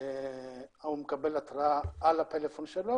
הוא מקבל התראה לטפלון שלו.